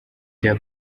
bya